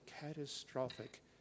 catastrophic